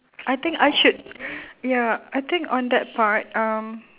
I think I should ya I think on that part um